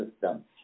system